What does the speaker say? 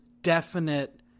definite